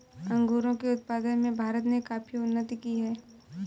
अंगूरों के उत्पादन में भारत ने काफी उन्नति की है